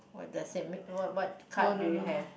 what does that mean what what card do you have